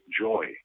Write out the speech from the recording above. joy